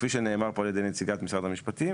כפי שנאמר פה על ידי נציגת משרד המשפטים,